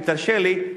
אם תרשה לי,